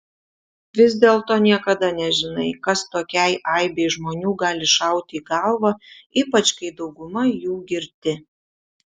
vis dėlto niekada nežinai kas tokiai aibei žmonių gali šauti į galvą ypač kai dauguma jų girti